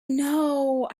know